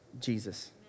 Jesus